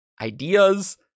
ideas